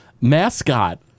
mascot